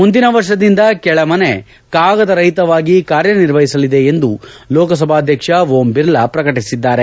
ಮುಂದಿನ ಅಧಿವೇಶನದಿಂದ ಕೆಳಮನೆ ಕಾಗದ ರಹಿತವಾಗಿ ಕಾರ್ಯ ನಿರ್ವಹಿಸಲಿದೆ ಎಂದು ಲೋಕಸಭಾಧ್ಯಕ್ಷ ಓಂ ಬಿರ್ಲಾ ಪ್ರಕಟಿಸಿದ್ದಾರೆ